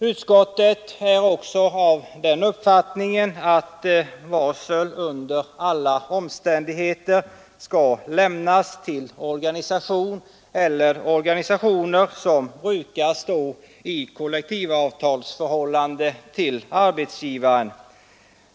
Utskottet är också av den uppfattningen att varsel under alla omständigheter skall lämnas till organisation eller organisationer som brukar stå i kollektivavtalsförhållande till arbetsgivaren.